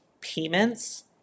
payments